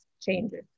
changes